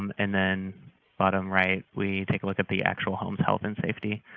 um and then bottom right, we take a look at the actual home's health and safety,